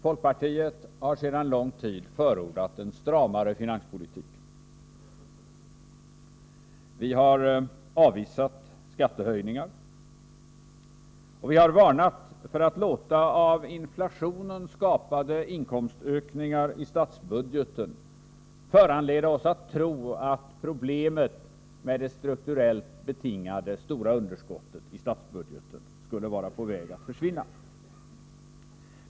Folkpartiet har sedan lång tid förordat en stramare finanspolitik. Vi har avvisat skattehöjningar, och vi har varnat för att låta av inflationen skapade inkomstökningar i statsbudgeten föranleda oss att tro att problemet med det strukturellt betingade stora underskottet i statsbudgeten skulle vara på väg att försvinna.